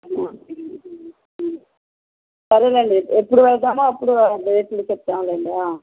సరేనండి ఎప్పుడు వెళ్తామో అప్పుడు డేట్లు చెప్తాంలేండి